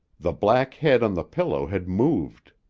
the black head on the pillow had moved.